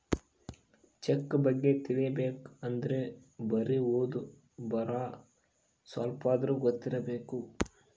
check ಬಗ್ಗೆ ತಿಲಿಬೇಕ್ ಅಂದ್ರೆ ಬರಿ ಓದು ಬರಹ ಸ್ವಲ್ಪಾದ್ರೂ ಗೊತ್ತಿರಬೇಕು